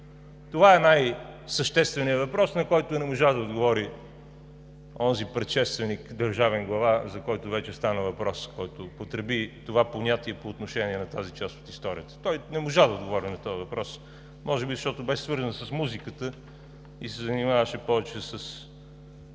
Това е най същественият въпрос, на който не можа да отговори онзи предшественик държавен глава, за който вече стана въпрос, който употреби това понятие по отношение на тази част от историята. Той не можа да отговори на този въпрос, може би защото беше свързан с музиката и се занимаваше повече с